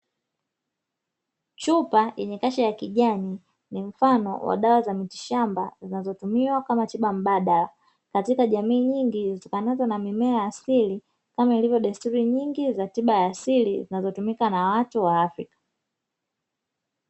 Chupa yenye kasha ya kijani mfano wa dawa za miti shamba zinazotumiwa kama tiba mbadala katika jamii nyingi, zitokanazo na mimea asili kama ilivyo desturi nyingi za tiba asili zinazotumika na watu wa afya.